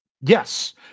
Yes